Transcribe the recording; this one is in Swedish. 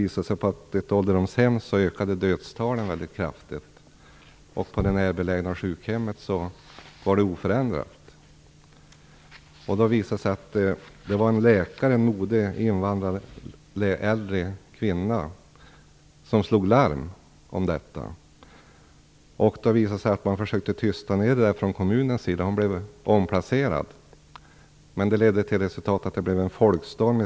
Vid ett ålderdomshem ökade dödstalen väldigt kraftigt, medan dödstalen på det närbelägna sjukhemmet var oförändrade. Det var en äldre kvinnlig läkare som slog larm om detta. Det visade sig att man från kommunens sida försökte tysta ned det hela, och läkaren blev omplacerad. Men resultatet blev en folkstorm.